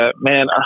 man